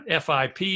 FIP